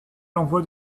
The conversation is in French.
l’envoi